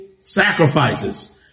sacrifices